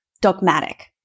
dogmatic